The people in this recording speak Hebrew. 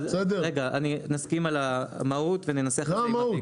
רגע נסכים על המהות וננסח את זה --- זו המהות.